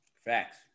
Facts